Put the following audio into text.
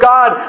God